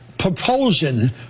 propulsion